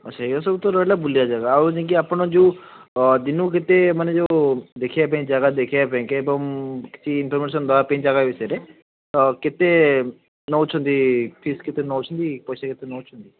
ସେଇଆ ସବୁ ତ ରହିଲା ବୁଲିବା ଜାଗା ଆଉ ଯାଇକି ଆପଣ ଯେଉଁ ଦିନକୁ କେତେ ମାନେ ଯେଉଁ ଦେଖିବା ପାଇଁ ଜାଗା ଦେଖିବା ପାଇଁ ଏବଂ କିଛି ଇନଫର୍ମେଶନ୍ ଦେବା ପାଇଁ ଜାଗା ବିଷୟରେ କେତେ ନେଉଛନ୍ତି ଫିସ୍ କେତେ ନେଉଛନ୍ତି ପଇସା କେତେ ନେଉଛନ୍ତି